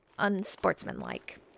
unsportsmanlike